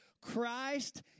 Christ